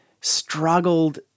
struggled